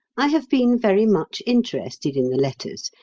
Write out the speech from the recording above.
i have been very much interested in the letters,